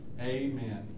Amen